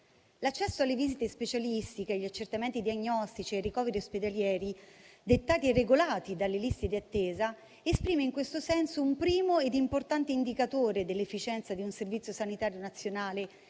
L'accesso alle visite specialistiche, agli accertamenti diagnostici e ai ricoveri ospedalieri dettati e regolati dalle liste di attesa esprime, in questo senso, un primo ed importante indicatore dell'efficienza di un Servizio sanitario nazionale